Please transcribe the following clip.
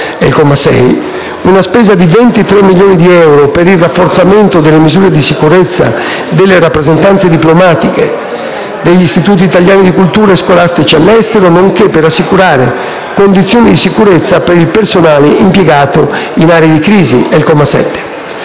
una spesa di 23 milioni di euro per il rafforzamento delle misure di sicurezza delle rappresentanze diplomatiche, degli istituti italiani di cultura e scolastici all'estero, nonché per assicurare condizioni di sicurezza per il personale impiegato in aree di crisi